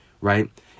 right